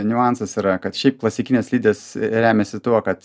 niuansas yra kad šiaip klasikinės slidės remiasi tuo kad